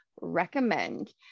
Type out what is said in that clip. recommend